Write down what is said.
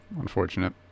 Unfortunate